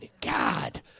God